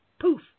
Poof